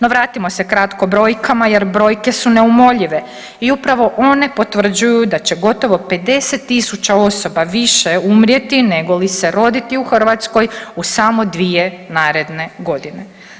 No, vratimo se kratko brojkama jer brojke su neumoljive i upravo one potvrđuju da će gotovo 50.000 osoba više umrijeti nego li se roditi u Hrvatskoj u samo 2 naredne godine.